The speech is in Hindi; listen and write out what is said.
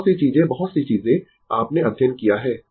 बहुत सी चीजें बहुत सी चीजें आपने अध्ययन किया है